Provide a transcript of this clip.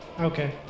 Okay